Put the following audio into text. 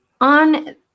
on